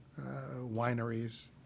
wineries